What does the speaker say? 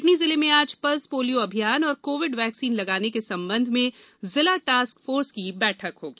कटनी जिले में आज पल्स पोलिया अभियान और कोविड वैक्सीन लगाने के संबंध में जिला टास्क फोर्स की बैठक होगी